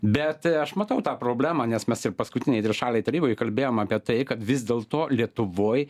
bet aš matau tą problemą nes mes ir paskutinėj trišalėj taryboj kalbėjom apie tai kad vis dėlto lietuvoj